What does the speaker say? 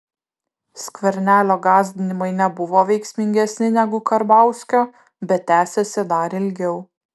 skvernelio gąsdinimai nebuvo veiksmingesni negu karbauskio bet tęsėsi dar ilgiau